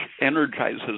energizes